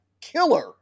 killer